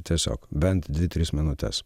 tiesiog bent dvi tris minutes